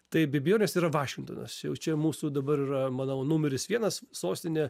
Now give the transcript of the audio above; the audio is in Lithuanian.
tai be abejonės yra vašingtonas čia jau čia mūsų dabar yra manau numeris vienas sostinė